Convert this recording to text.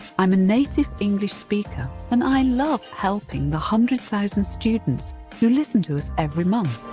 i'm a native english speaker. and i love helping the hundred thousand students who listen to us every month.